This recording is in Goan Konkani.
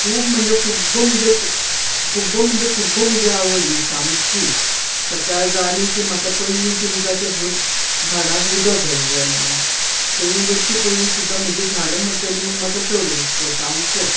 खूब म्हणजे खूब्ब म्हणजे खूब्ब आवड ही सामकी सकाळ जाली की म्हाका पयली चिंता ते झाडांक उदक घालूंक जाय म्हणून खंयूय वच्चे पयली सुद्दां म्हजी झाडां मरतली म्हूण म्हाका चड हुस्को सामको